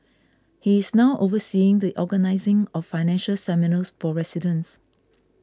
he is now overseeing the organising of financial seminars for residents